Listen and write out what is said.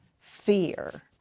fear